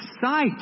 sight